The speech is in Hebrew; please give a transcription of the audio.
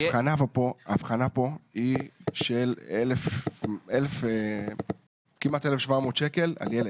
ההבחנה כאן היא של כמעט 1,700 שקלים לילד.